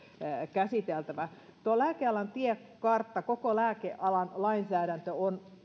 käsiteltävä tuo lääkealan tiekartta koko lääkealan lainsäädäntö